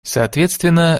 соответственно